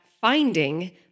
finding